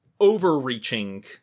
overreaching